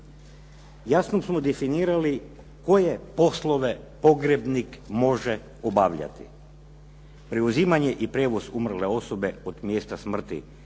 Jasno su definirali koje poslove pogrebnik može obavljati, preuzimanje i prijevoz umrle osobe od mjesta smrti